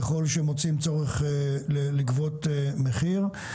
ככל שמוצאים צורך לגבות מחיר.